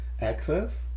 access